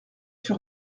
sur